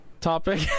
topic